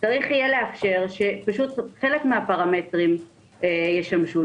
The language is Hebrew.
צריך יהיה לאפשר שחלק מהפרמטרים ישמשו.